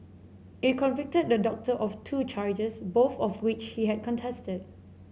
it convicted the doctor of two charges both of which he had contested